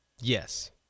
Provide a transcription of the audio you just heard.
yes